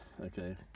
Okay